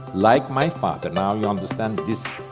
like my father. now you understand this,